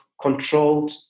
controlled